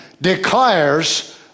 declares